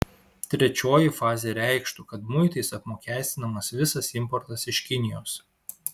trečioji fazė reikštų kad muitais apmokestinamas visas importas iš kinijos